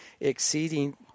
exceeding